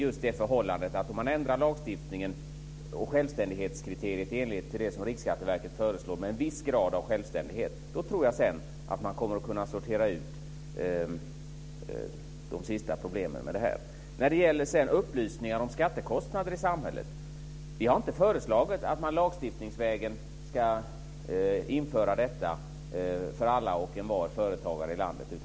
Om man ändrar lagstiftningen och självständighetskriteriet i enlighet med det som Riksskatteverket föreslår med en viss grad av självständighet, tror jag att man sedan kommer att kunna sortera ut de sista problemen med detta. Vi har inte föreslagit att man lagstiftningsvägen ska införa upplysningar om skattekostnader i samhället för alla företagare i landet.